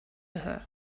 her